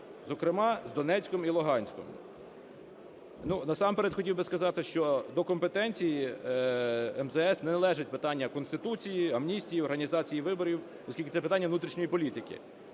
зокрема з Донецьком і Луганськом?" Насамперед, хотів би сказати, що до компетенції МЗС не належить питання Конституції, амністії, організації виборів, оскільки це питання внутрішньої політики.